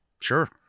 sure